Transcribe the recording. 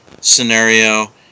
scenario